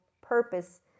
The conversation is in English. purpose